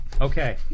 Okay